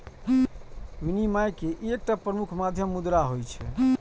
विनिमय के एकटा प्रमुख माध्यम मुद्रा होइ छै